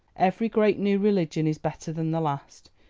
every great new religion is better than the last.